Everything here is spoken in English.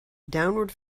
downward